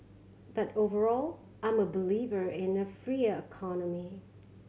but overall I'm a believer in a freer economy